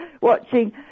watching